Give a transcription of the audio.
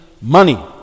money